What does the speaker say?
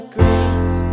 grace